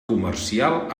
comercial